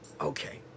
Okay